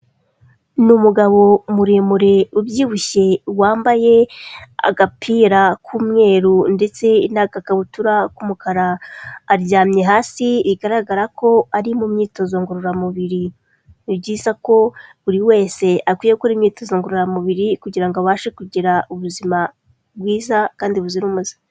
Ni umugabo muremure ,ubyibushye, wambaye agapira k'umweru ndetse n'agakabutura k'umukara. Aryamye hasi ,igaragara ko ari mu myitozo ngororamubiri. Ni byiza ko buri wese akwiye gukora imyitozo ngororamubiri, kugira ngo abashe kugira ubuzima bwiza kandi buzira umuze.